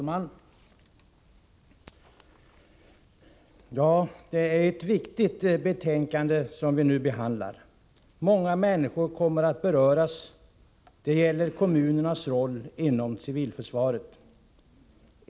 Herr talman! Det är ett viktigt betänkande som vi nu behandlar, och många människor kommer att beröras. Det gäller kommunernas roll inom civilförsvaret.